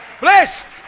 Blessed